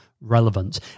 relevant